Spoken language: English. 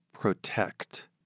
protect